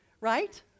right